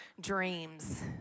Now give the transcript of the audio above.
dreams